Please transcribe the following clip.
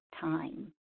time